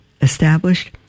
established